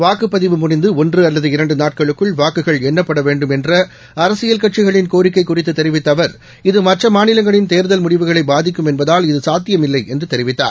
வாக்குப் பதிவு முடிந்துஒன்றுஅல்லது இரண்டுநாட்களுக்குள் வாக்குகள் எண்ணப்படவேண்டும் என்றஅரசியல் கட்சிகளின் கோரிக்கைகுறித்துதெரிவித்தஅவர் இது மற்றமாநிலங்களின் தேர்தல் முடிவுகளைபாதிக்கும் என்பதால் இது சாத்தியம் இல்லைஎன்றுதெரிவித்தார்